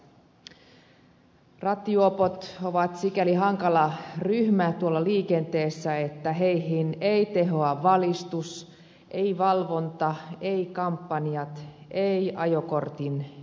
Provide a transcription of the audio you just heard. rattijuopot ovat sikäli hankala ryhmä tuolla liikenteessä että heihin ei tehoa valistus ei valvonta ei kampanjat ei ajokortin vieminen